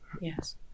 yes